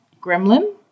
gremlin